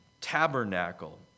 tabernacle